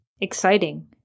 exciting